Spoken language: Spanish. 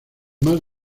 más